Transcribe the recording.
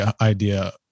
idea